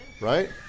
right